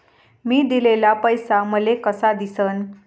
मी दिलेला पैसा मले कसा दिसन?